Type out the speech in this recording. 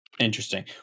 interesting